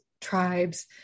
tribes